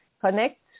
connect